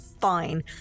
fine